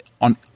on